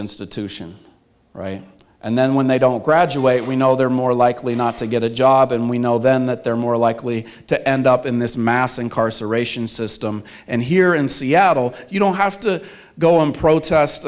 institution and then when they don't graduate we know they're more likely not to get a job and we know then that they're more likely to end up in this mass incarceration system and here in seattle you don't have to go in protest